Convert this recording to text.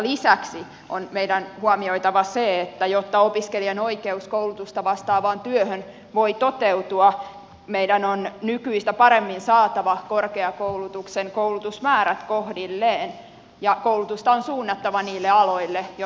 lisäksi on meidän huomioitava se että jotta opiskelijan oikeus koulutusta vastaavaan työhön voi toteutua meidän on nykyistä paremmin saatava korkeakoulutuksen koulutusmäärät kohdilleen ja koulutusta on suunnattava niille aloille jotka työllistävät